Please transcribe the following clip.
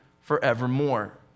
forevermore